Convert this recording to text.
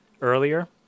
earlier